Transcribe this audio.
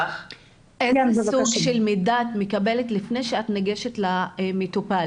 איזה סוג של מידע את מקבלת לפני שאת ניגשת למטופל?